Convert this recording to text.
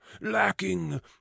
lacking